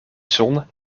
zon